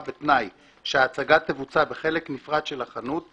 בתנאי שההצגה תבוצע בחלק נפרד של החנות,